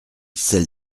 celle